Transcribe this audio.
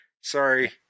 Sorry